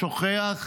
שוכח,